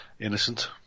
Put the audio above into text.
innocent